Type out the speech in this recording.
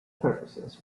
purposes